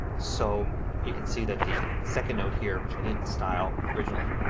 so you can see that the second note here, which i didn't style originally,